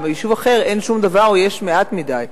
וביישוב אחר אין שום דבר או יש מעט מדי.